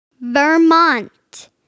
Vermont